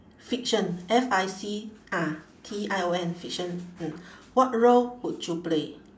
fiction F I C ah T I O N fiction mm what role would you play